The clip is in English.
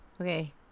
Okay